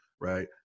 right